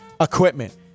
equipment